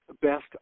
best